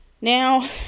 Now